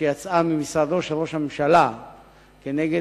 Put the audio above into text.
שיצאה ממשרדו של ראש הממשלה כנגד